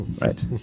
Right